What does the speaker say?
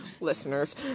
listeners